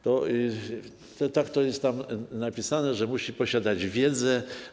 Tak jest tam napisane: że musi posiadać wiedzę.